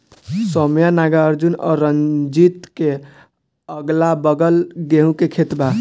सौम्या नागार्जुन और रंजीत के अगलाबगल गेंहू के खेत बा